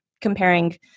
comparing